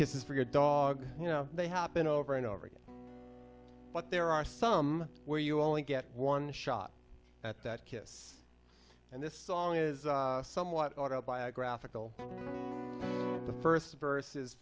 kisses for your dog you know they happen over and over again but there are some where you only get one shot at that kiss and this song is somewhat autobiographical the first vers